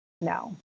no